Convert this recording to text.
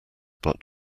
but